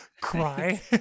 cry